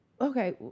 Okay